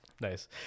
Nice